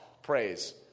Praise